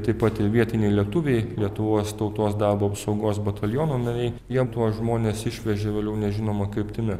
taip pat ir vietiniai lietuviai lietuvos tautos darbo apsaugos bataliono nariai jiem tuos žmones išvežė vėliau nežinoma kryptimi